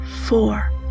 four